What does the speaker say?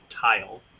tile